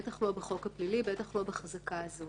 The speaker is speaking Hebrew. בטח לא בחוק הפלילי ובטח לא בחזקה הזאת.